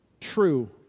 True